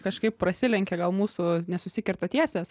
kažkaip prasilenkia gal mūsų nesusikerta tiesės